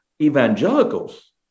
evangelicals